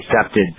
accepted